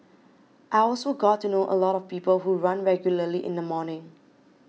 I also got to know a lot of people who run regularly in the morning